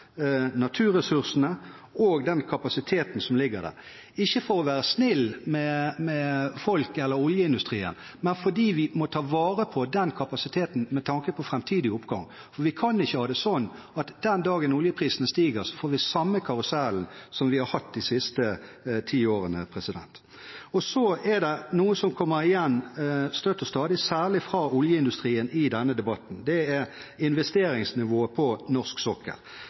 naturressursene og den kapasiteten som ligger der – ikke for å være snill med folk eller oljeindustrien, men fordi vi må ta vare på den kapasiteten med tanke på framtidig oppgang. For vi kan ikke ha det sånn at den dagen oljeprisene stiger, får vi den samme karusellen som vi har hatt de siste ti årene. Så er det noe som kommer igjen støtt og stadig, særlig fra oljeindustrien, i denne debatten, og det er investeringsnivået på norsk sokkel.